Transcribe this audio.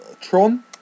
Tron